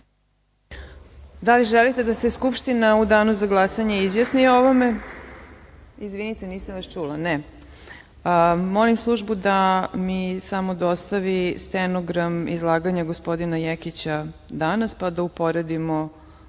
Da li želite da se Skupština u danu za glasanje izjasni o ovome?(DALIBOR JEKIĆ: Ne.)Molim službu da mi samo dostavi stenogram izlaganja gospodina Jekića danas, pa da uporedimo